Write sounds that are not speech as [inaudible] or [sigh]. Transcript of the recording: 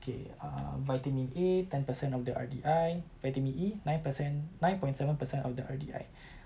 okay err vitamin A ten per cent of the R_D_I vitamin E nine percent nine point seven percent of the R_D_I [breath]